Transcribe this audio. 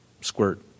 squirt